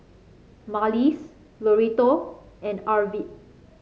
Marlys Loretto and Arvid